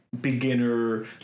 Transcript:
beginner